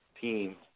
team